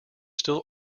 still